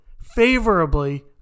favorably